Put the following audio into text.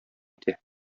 итә